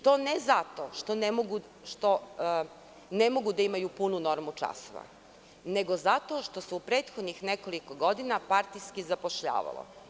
To nije zato što ne mogu da imaju punu normu časova, nego zato što se u prethodnih nekoliko godina partijski zapošljavalo.